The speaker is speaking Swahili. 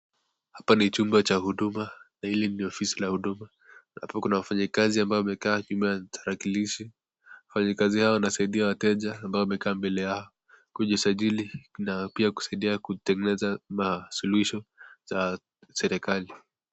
Hapa ni chumba cha huduma, na hili ni ofisi la huduma , hapa kuna wafanyikazi ambao wamekaa nyuma ya talakilishi, wafanyakazi hao wanawasaidia wateja ambao wamekaa mbele yao, kujisajili na pia kusaidia kutengeneza masuluhisho za serikali.